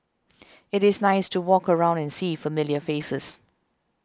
it is nice to walk around and see familiar faces